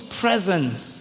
presence